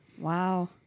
wow